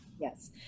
Yes